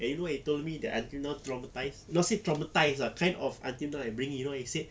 and you know what he told me that until now traumatise not say traumatise kind of until now I bring you know he said